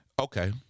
Okay